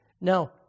Now